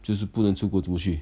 就是不能出国怎么去